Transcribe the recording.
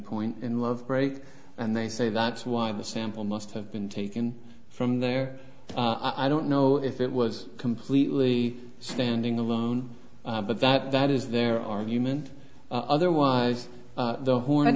point in love break and they say that's why the sample must have been taken from there i don't know if it was completely standing alone but that is their argument otherwise the horn